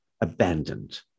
abandoned